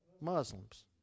Muslims